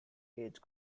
age